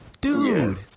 dude